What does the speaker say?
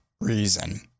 reason